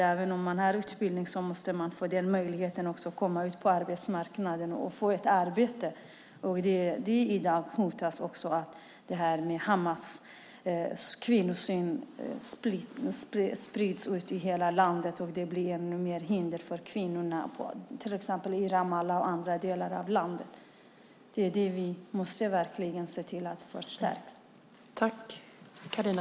När man har utbildning måste man självklart få möjlighet att komma ut på arbetsmarknaden och få arbete. Detta hotas i dag, när Hamas kvinnosyn sprids ut i hela landet. Det blir ännu större hinder för kvinnorna i Ramallah och andra delar av landet. Det är det vi verkligen måste se till att förstärka.